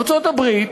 ארצות-הברית,